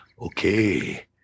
Okay